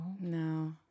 no